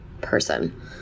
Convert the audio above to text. person